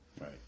right